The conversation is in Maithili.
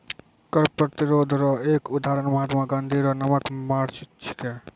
कर प्रतिरोध रो एक उदहारण महात्मा गाँधी रो नामक मार्च छिकै